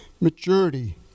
maturity